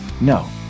No